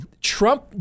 Trump